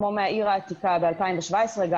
כמו מהעיר העתיקה ב-2017,